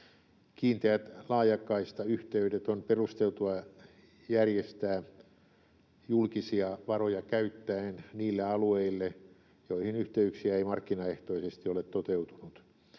Kiinteät laajakaistayhteydet on perusteltua järjestää julkisia varoja käyttäen niille alueille, joille yhteyksiä ei markkinaehtoisesti ole toteutunut.